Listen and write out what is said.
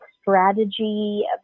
strategy